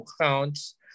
accounts